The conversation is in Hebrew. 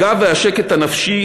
הגב והשקט הנפשי,